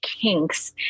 kinks